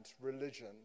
religion